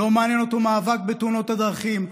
לא מעניין אותו מאבק בתאונות הדרכים,